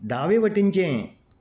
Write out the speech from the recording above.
दावे वटेनचें